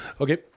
Okay